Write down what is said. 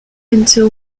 until